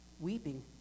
weeping